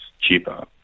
cheaper